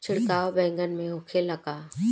छिड़काव बैगन में होखे ला का?